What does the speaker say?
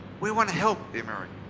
we want to help the americans.